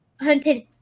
hunted